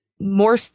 more